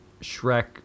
Shrek